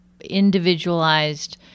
individualized